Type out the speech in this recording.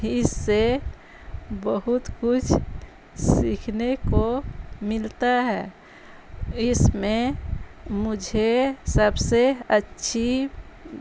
اس سے بہت کچھ سیکھنے کو ملتا ہے اس میں مجھے سب سے اچھی